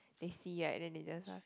they see right then they just uh